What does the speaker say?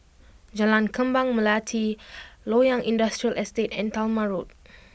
Jalan Kembang Melati Loyang Industrial Estate and Talma Road